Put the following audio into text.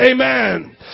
Amen